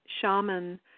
shaman